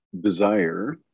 desire